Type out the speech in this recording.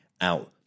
out